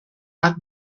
bat